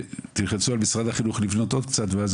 תלחצו על משרד החינוך לבנות עוד קצת ואז